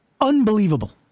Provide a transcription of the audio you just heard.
unbelievable